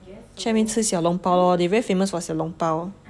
去那边吃小笼包 lor they very famous for 小笼包